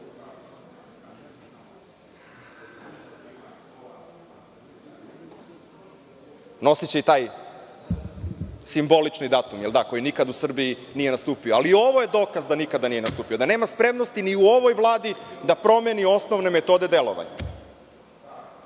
Nosiće taj simbolični datum, koji nikada u Srbiji nije nastupio. Ovo je dokaz da nije nikada nastupio, da nema spremnosti u ovoj vladi da promeni osnovne metode delovanja. Žuri